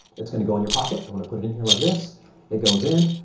it's going to go in your pocket i want to put it in here like this it goes in